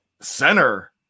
center